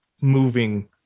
moving